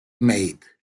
made